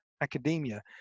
academia